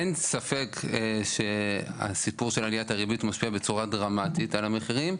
אין ספק שהסיפור של עליית הריבית משפיע בצורה דרמטית על המחירים,